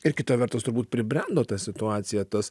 ir kita vertus turbūt pribrendo ta situacija tas